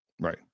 right